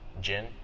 Gin